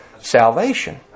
salvation